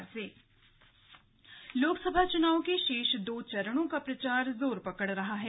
slug Lok Sabha चुनाव लोकसभा चुनाव के शेष दो चरणों का प्रचार जोर पकड़ रहा है